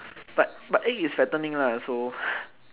but but egg is fattening lah so